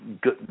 good